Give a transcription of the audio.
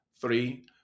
Three